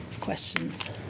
questions